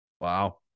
Wow